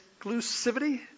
Exclusivity